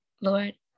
Lord